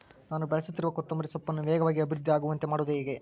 ನಾನು ಬೆಳೆಸುತ್ತಿರುವ ಕೊತ್ತಂಬರಿ ಸೊಪ್ಪನ್ನು ವೇಗವಾಗಿ ಅಭಿವೃದ್ಧಿ ಆಗುವಂತೆ ಮಾಡುವುದು ಹೇಗೆ?